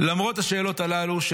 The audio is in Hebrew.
למרות וחרף השאלות הללו,